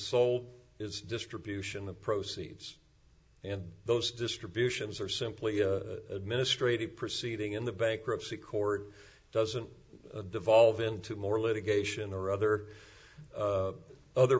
is distribution the proceeds and those distributions are simply administrative proceeding in the bankruptcy court doesn't devolve into more litigation or other other